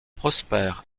prosper